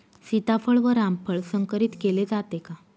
सीताफळ व रामफळ संकरित केले जाते का?